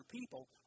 people